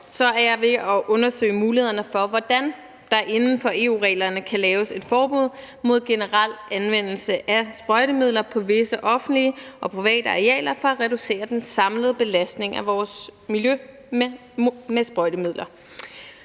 er jeg ved at undersøge mulighederne for, hvordan der inden for EU-reglerne kan laves et forbud mod generel anvendelse af sprøjtemidler på visse offentlige og private arealer for at reducere den samlede belastning af vores miljø med sprøjtemidler.